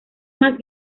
más